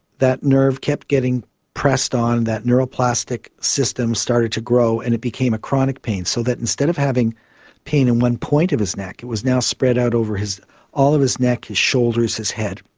that nerve kept getting pressed on, that neuroplastic system started to grow, and it became a chronic pain. so that instead of having pain in one point of his neck it was now spread out over all of his neck, his shoulders, his head,